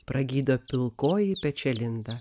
pragydo pilkoji pečialinda